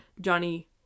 Johnny